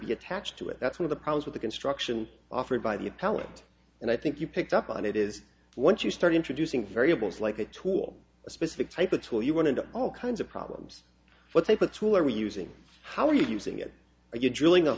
be attached to it that's one of the problems with the construction offered by the appellant and i think you picked up on it is once you start introducing variables like a tool a specific type of tool you want into all kinds of problems what they put tool or using how are you using it a